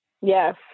yes